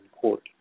court